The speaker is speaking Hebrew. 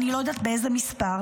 אני לא יודעת איזה מספר.